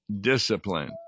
discipline